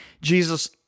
Jesus